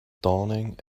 dawning